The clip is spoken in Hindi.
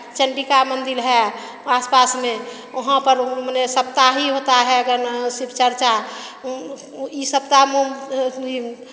चंडिका मंदिर है आस पास में वहाँ पर मने सप्ताही होता है शिव चर्चा ई सप्ताह